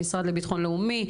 המשרד לביטחון לאומי.